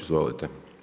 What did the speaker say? Izvolite.